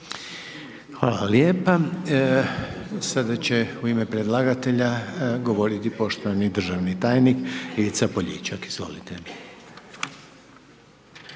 Hvala lijepa, sada će u ime predlagatelja govoriti poštovani državni tajnik Ivica Poljičak, izvolite.